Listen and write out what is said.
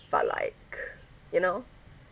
but like you know